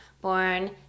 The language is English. born